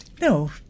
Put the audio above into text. no